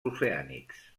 oceànics